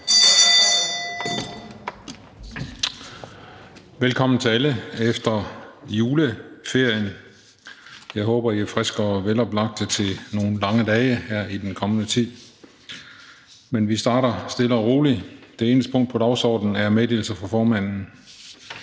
Velkommen til alle efter juleferien. Jeg håber, at I er friske og veloplagte til nogle lange dage her i den kommende tid. Men vi starter stille og roligt. Det eneste punkt på dagsordenen er meddelelser fra formanden.